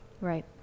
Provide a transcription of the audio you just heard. Right